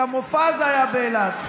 גם מופז היה באילת.